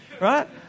Right